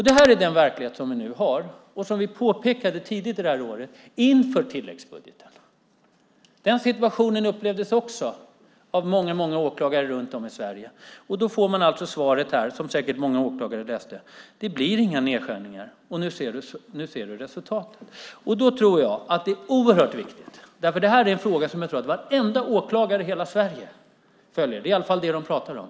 Detta är den verklighet som vi nu har och som vi påpekade tidigt under året, inför tilläggsbudgeten. Många åklagare upplevde denna situation och kunde läsa i ministerns svar att det inte blir några nedskärningar. Nu ser vi resultatet. Jag tror att detta är en fråga som varenda åklagare i hela Sverige följer. Det är i alla fall detta de pratar om.